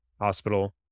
hospital